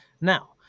now